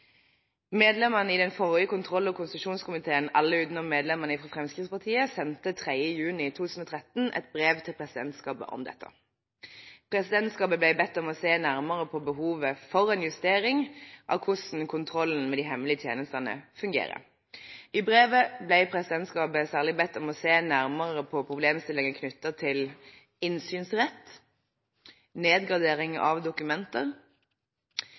Medlemmene i den forrige kontroll- og konstitusjonskomiteen, alle utenom medlemmene fra Fremskrittspartiet, sendte 3. juni 2013 et brev til presidentskapet om dette. Presidentskapet ble bedt om å se nærmere på behovet for en justering av hvordan kontrollen med de hemmelige tjenestene fungerer. I brevet ble presidentskapet særlig bedt om å se nærmere på problemstillinger knyttet til innsynsrett, nedgradering av dokumenter,